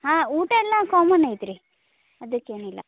ಹಾಂ ಊಟ ಎಲ್ಲ ಕಾಮನ್ ಐತ್ರಿ ಅದಕ್ಕೇನಿಲ್ಲ